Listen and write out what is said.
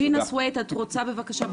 ג'ינה סוויד את רוצה בבקשה?